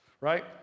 right